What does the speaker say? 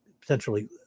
potentially